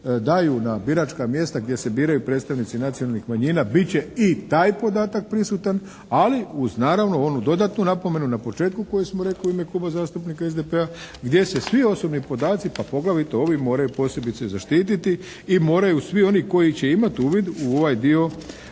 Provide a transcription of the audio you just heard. daju na biračka mjesta gdje se biraju predstavnici nacionalnih manjina bit će i taj podatak prisutan ali uz naravno onu dodatnu napomenu na početku koju smo rekli u ime Kluba zastupnika SDP-a gdje se svi osobni podaci, a poglavito ovi moraju posebice zaštititi i moraju svi oni koji će imati uvid u ovaj dio